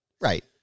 right